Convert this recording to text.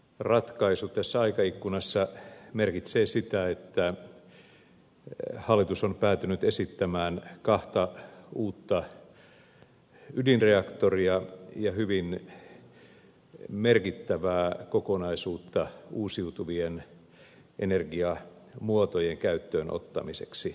energiaratkaisu tässä aikaikkunassa merkitsee sitä että hallitus on päätynyt esittämään kahta uutta ydinreaktoria ja hyvin merkittävää kokonaisuutta uusiutuvien energiamuotojen käyttöön ottamiseksi